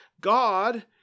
God